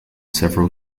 several